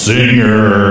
Singer